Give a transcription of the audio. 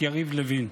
את יריב לוין.